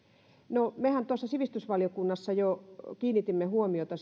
no mehän sivistysvaliokunnassa siinä lausunnossamme jo kiinnitimme huomiota